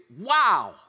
wow